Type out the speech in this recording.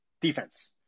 defense